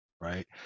right